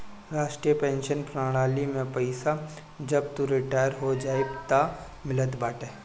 राष्ट्रीय पेंशन प्रणाली में पईसा जब तू रिटायर हो जइबअ तअ मिलत बाटे